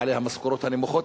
בעלי המשכורות הנמוכות,